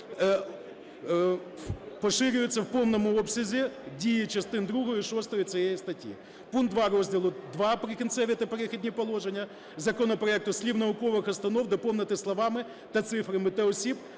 поширюється в повному обсязі дія частин другої-шостої цієї статті". Пункт 2 розділу ІІ "Прикінцеві та перехідні положення" законопроекту після слів "наукових установ" доповнити словами та цифрами "та осіб,